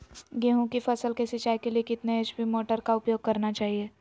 गेंहू की फसल के सिंचाई के लिए कितने एच.पी मोटर का उपयोग करना चाहिए?